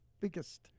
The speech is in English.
biggest